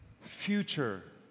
future